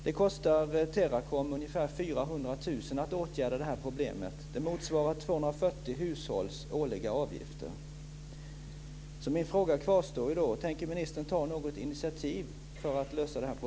Det kostar Teracom ungefär 400 000 kr att åtgärda det här problemet. Det motsvarar 240